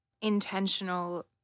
intentional